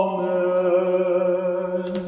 Amen